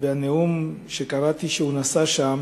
והנאום שקראתי שהוא נשא שם,